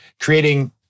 creating